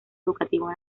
educativo